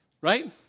right